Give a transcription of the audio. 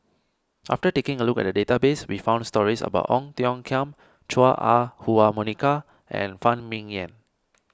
after taking a look at the database we found stories about Ong Tiong Khiam Chua Ah Huwa Monica and Phan Ming Yen